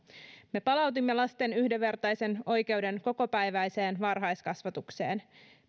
me palautimme lasten yhdenvertaisen oikeuden kokopäiväiseen varhaiskasvatukseen